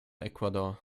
ecuador